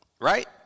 right